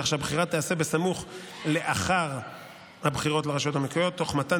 כך שהבחירה תיעשה בסמוך לאחר הבחירות לרשויות המקומיות תוך מתן